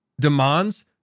demands